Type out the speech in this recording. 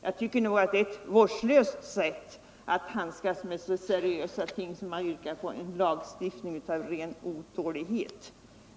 Jag tycker nog att det är ett vårdslöst sätt att handskas med så seriösa ting, att man yrkar på en lagstiftning av ren otålighet.